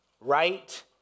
right